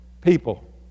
people